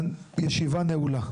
הישיבה נעולה.